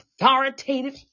authoritative